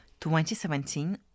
2017